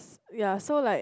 ya so like